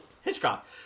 Hitchcock